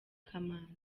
kamanzi